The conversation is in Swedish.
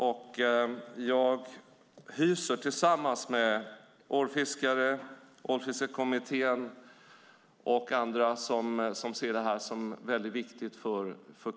Jag hyser hopp tillsammans med ålfiskare, Ålfiskekommittén och andra som ser detta som viktigt för kusten.